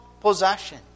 possession